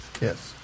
Yes